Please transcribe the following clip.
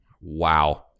Wow